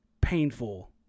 painful